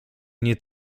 nie